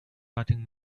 hurting